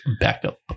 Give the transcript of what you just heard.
backup